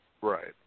Right